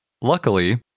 Luckily